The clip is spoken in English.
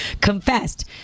confessed